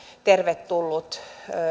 tervetullut